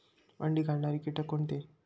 अंडी घालणारे किटक कोणते?